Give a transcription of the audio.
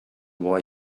boy